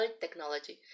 technology